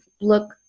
look